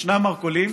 ישנם מרכולים